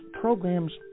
programs